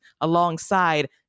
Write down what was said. alongside